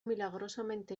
milagrosamente